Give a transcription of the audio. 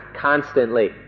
constantly